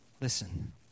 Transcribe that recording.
listen